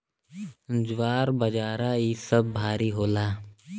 ज्वार बाजरा इ सब भारी होला